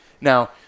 Now